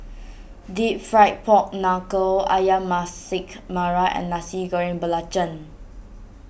Deep Fried Pork Knuckle Ayam Masak Merah and Nasi Goreng Belacan